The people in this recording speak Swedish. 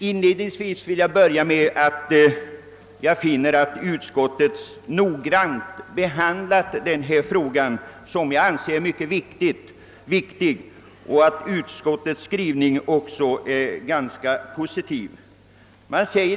Inledningsvis vill jag säga att jag finner att utskottet noggrant behandlat denna fråga, som jag anser vara mycket viktig, och att jag också finner utskottets skrivning ganska positiv.